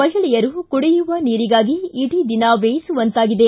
ಮಹಿಳೆಯರು ಕುಡಿಯುವ ನೀರಿಗಾಗಿ ಇಇಡೀ ದಿನ ವ್ವಯಿಸುವಂತಾಗಿದೆ